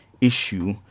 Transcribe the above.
issue